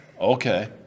Okay